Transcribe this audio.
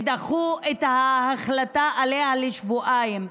ודחו את ההחלטה עליה לשבועיים,